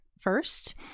first